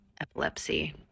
epilepsy